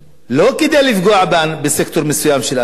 לא כדי לפגוע בסקטור מסוים של אנשים,